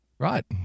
Right